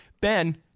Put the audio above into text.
Ben